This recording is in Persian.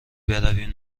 برویم